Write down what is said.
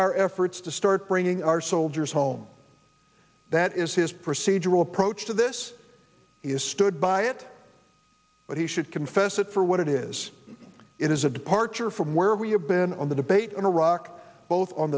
our efforts to start bringing our soldiers home that is his procedural approach to this is stood by it but he should confess it for what it is it is a departure from where we have been on the debate on iraq both on